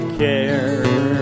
care